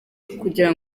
kugira